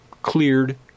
cleared